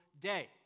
day